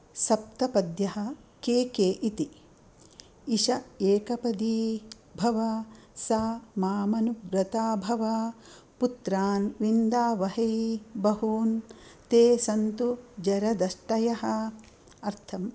सप्तपद्यः के के इति इश एकपदी भव सा माम् अनुव्रता भव पुत्रान् विन्दावहै बहून् ते सन्तु जरदष्टयः अर्थम्